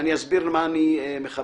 ואני אסביר למה אני מכוון.